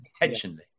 intentionally